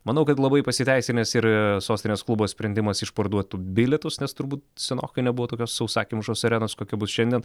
manau kad labai pasiteisinęs ir sostinės klubo sprendimas išparduot bilietus nes turbūt senokai nebuvo tokios sausakimšos arenos kokia bus šiandien